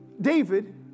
David